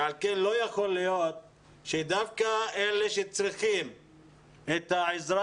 על כן לא יכול להיות שדווקא אלה שצריכים את העזרה